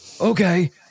Okay